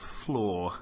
floor